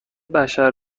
بشر